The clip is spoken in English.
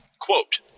Quote